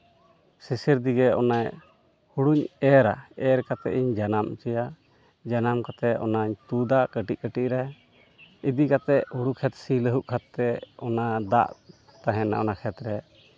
ᱥᱮᱥᱮᱨ ᱫᱤᱠᱮ ᱚᱱᱟ ᱦᱩᱲᱩᱧ ᱮᱨᱟ ᱮᱨ ᱠᱟᱛᱮᱫ ᱤᱧ ᱡᱟᱱᱟᱢ ᱦᱚᱪᱚᱭᱟ ᱡᱟᱱᱟᱢ ᱠᱟᱛᱮᱫ ᱚᱱᱟ ᱛᱩᱫᱟ ᱠᱟᱹᱴᱤᱡ ᱠᱟᱹᱴᱤᱡ ᱨᱮ ᱤᱫᱤ ᱠᱟᱛᱮᱫ ᱦᱩᱲᱩ ᱠᱷᱮᱛ ᱥᱤ ᱞᱟᱹᱦᱩᱫ ᱠᱟᱛᱮᱫ ᱚᱱᱟ ᱫᱟᱜ ᱛᱟᱦᱮᱱᱟ ᱚᱱᱟ ᱠᱷᱮᱛᱨᱮ